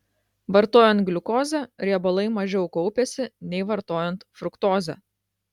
vartojant gliukozę riebalai mažiau kaupiasi nei vartojant fruktozę